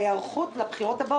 בתקציב שנוגע לבחירות.